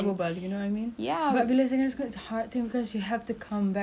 come back to school the next day and see the same people and C_C_A